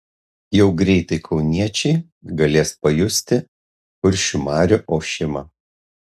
jau greitai kauniečiai galės pajusti kuršių marių ošimą